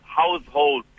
household